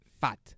fat